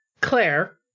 Claire